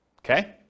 Okay